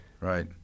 right